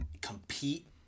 compete